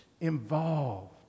involved